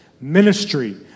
Ministry